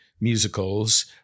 musicals